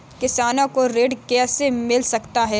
किसानों को ऋण कैसे मिल सकता है?